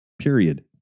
period